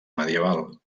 medieval